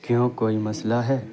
کیوں کوئی مسئلہ ہے